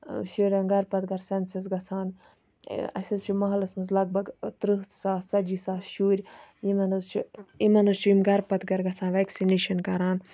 شُرٮ۪ن گَرٕ پَتہ گَرٕ سیٚنسَس گَژھان اَسہِ حظ چھِ مَحلَس مَنٛز لَگ بَگ ترہہ ساس ژَتجی ساس شُرۍ یِمَن حظ چھُ یِمَن حظ چھُ یِم گَرٕ پَتہ گَرٕ گَژھان ویٚکسِنیشَن کَران